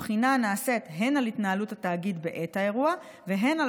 הבחינה נעשית הן על התנהלות התאגיד בעת האירוע והן על